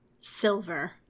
Silver